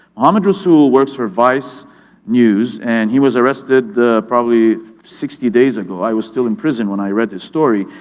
mohammed rasool works for vice news and he was arrested probably sixty days ago, i was still in prison when i read his story,